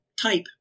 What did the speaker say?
type